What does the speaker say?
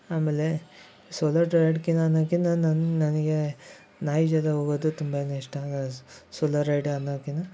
ಆಮೇಲೆ ಸೋಲೊ ರೈಡ್ಕ್ಕಿಂತ ಅನ್ನಕಿಂತ ನನ್ನ ನನಗೆ ನಾಯಿ ಜೊತೆ ಹೋಗೋದು ತುಂಬಾ ಇಷ್ಟ ಸೋಲೊ ರೈಡೇ ಅನ್ನೋದ್ಕಿಂತ